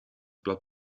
blad